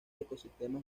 ecosistemas